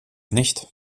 nicht